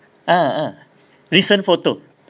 ah ah recent photo